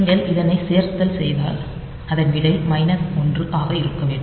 நீங்கள் இதனை சேர்த்தல் செய்தால் அதன் விடை மைனஸ் 1 ஆக இருக்க வேண்டும்